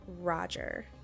Roger